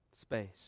space